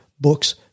books